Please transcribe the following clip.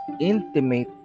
intimate